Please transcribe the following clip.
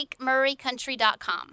LakeMurrayCountry.com